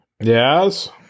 Yes